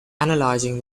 analyzing